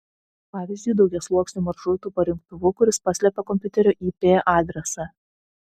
pavyzdžiui daugiasluoksniu maršrutų parinktuvu kuris paslepia kompiuterio ip adresą